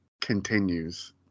continues